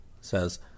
says